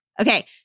Okay